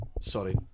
sorry